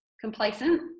complacent